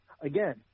again